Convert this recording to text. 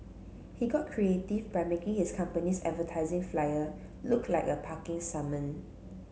he got creative by making his company's advertising flyer look like a parking summon